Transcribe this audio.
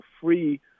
free